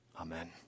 Amen